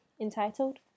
entitled